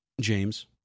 james